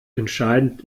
entscheidend